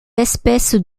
espèces